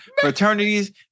Fraternities